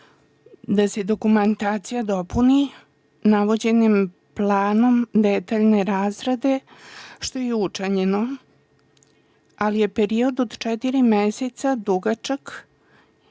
da se dokumentacija dopuni navođenjem planom detaljne razrade, što je i učinjeno, ali je period od četiri meseca dugačak